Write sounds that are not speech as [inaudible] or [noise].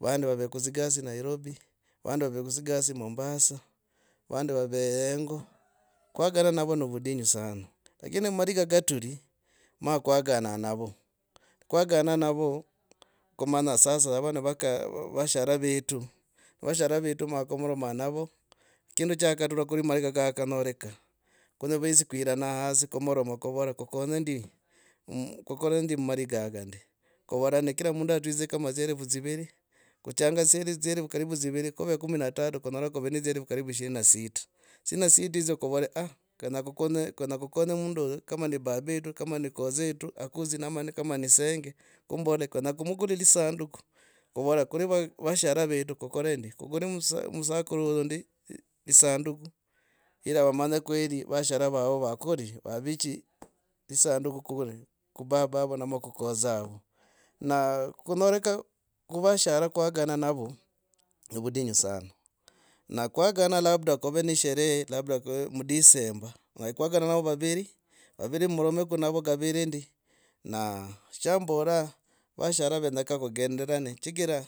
vandi vave kudzi gasi. Nairobi vandi vave kudzi gasi. Mombasa vandi vave hengo kwagana navo novudinyu sana. Lakini mariga katuri ma kwagana navo, kwagana navo kumanya sasa ava ni vako vashara vetu. Vashara vetu ma kuroroma nava kindu chakatura kuri mariga kakanyoreka, kunyi vesi kuirana hagi kumoroma kuvora kukonye ndi? Kukore ndi mu mumariga haga ndi. Kuvara ne kira mundu aturidze kama dzielfu dziviri, kuchanga dzisendi dzielfu karibu dziviri ne kuve kumi na tatu kunyora kuve ne dzielfu karibu ishirini na sita. Ishirini na sita hiza kuvole aah kwenya kukonye mundu oyu kama baba etc. Kama ni kodza etu akudzi kama ni senge kumbola kwenye kumkule lisanduku kuvora kuli voshara vetu kokore ndi kuguule musa musakuru huyu ndi lisanduko ili vamanye kwerii vashara vavo vakoli, vavichi [hesitation] ku baba avo ama kukodza avo. Na kunyoroka ku vashara kwagana navo no ni vudinyu sana na kwagana labda kuve ne esherehe labda mu december. Onari kwagana navo vaviri, vaviri mromeko navo kaviri ndi na shambana vashara menyakaa kugendarane chigira